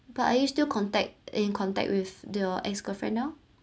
but are you still contact in contact with th~ your ex girlfriend now